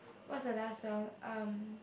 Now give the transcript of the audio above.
what's the last song um